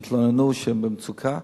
שהתלוננו שהם במצוקה.